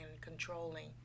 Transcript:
controlling